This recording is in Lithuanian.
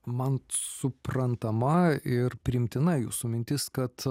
man suprantama ir priimtina jūsų mintis kad